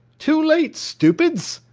too late, stupids,